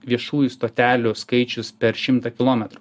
viešųjų stotelių skaičius per šimtą kilometrų